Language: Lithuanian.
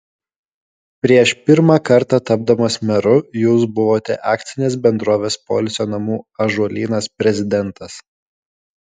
prieš pirmą kartą tapdamas meru jūs buvote akcinės bendrovės poilsio namų ąžuolynas prezidentas